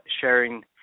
sharing